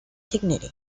dignity